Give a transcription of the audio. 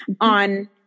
on